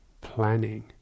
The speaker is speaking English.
planning